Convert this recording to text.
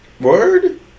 word